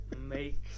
Make